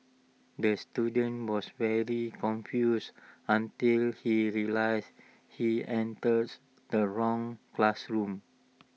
the student was very confused until he realised he enters the wrong classroom